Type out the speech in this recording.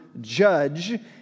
judge